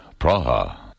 Praha